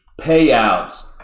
payouts